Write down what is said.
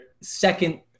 second